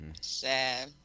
Sad